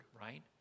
right